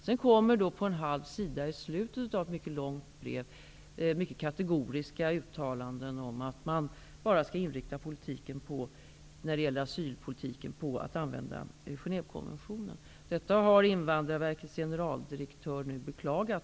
Det mycket långa brevet avslutas med en halv sida med mycket kategoriska uttalanden om att asylpolitiken enbart skall inriktas på att man skall tillämpa Genèvekonventionen. Detta har nu Invandrarverkets generaldirektör beklagat.